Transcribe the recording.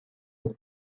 une